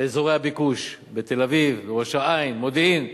באזורי הביקוש: בתל אביב, בראש-העין, מודיעין.